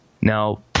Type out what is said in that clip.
Now